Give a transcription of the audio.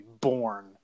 born